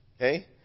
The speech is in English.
okay